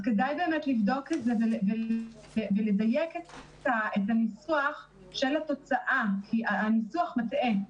כדאי באמת לבדוק את זה ולדייק את הניסוח של התוצאה כי הניסוח מטעה.